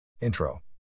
Intro